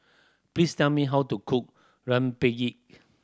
please tell me how to cook rempeyek